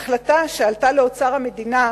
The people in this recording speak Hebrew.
החלטה שעלתה לאוצר המדינה,